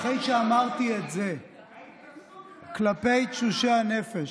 אחרי שאמרתי את זה כלפי תשושי הנפש,